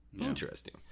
Interesting